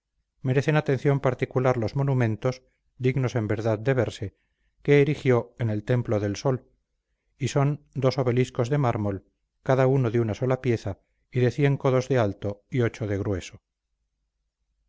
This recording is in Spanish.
merecen atención particular los monumentos dignos en verdad de verse que erigió en el templo del sol y son dos obeliscos de mármol cada uno de una sola pieza y de cien codos de alto y ocho de grueso